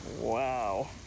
wow